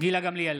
גילה גמליאל,